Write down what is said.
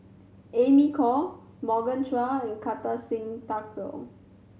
Amy Khor Morgan Chua and Kartar Singh Thakral